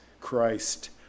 Christ